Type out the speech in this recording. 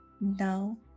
Now